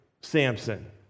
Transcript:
Samson